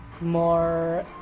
more